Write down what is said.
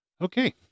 Okay